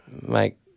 make